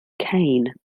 kaine